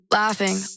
laughing